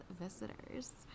visitors